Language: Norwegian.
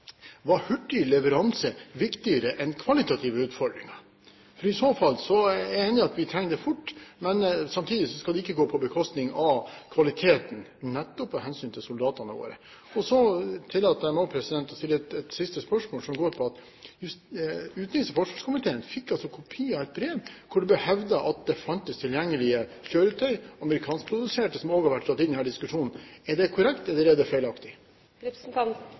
Var hurtig leveranse viktigere enn kvalitative utfordringer? For jeg er enig i at vi trenger det fort, men samtidig skal det ikke gå på bekostning av kvaliteten, nettopp av hensyn til soldatene våre. Så tillater jeg meg også å stille et siste spørsmål, som går på at utenriks- og forsvarskomiteen altså fikk kopi av et brev hvor det ble hevdet at det fantes tilgjengelige kjøretøy – amerikanskproduserte – som også har vært inne i denne diskusjonen. Er det korrekt, eller er det feilaktig? Det